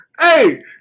Hey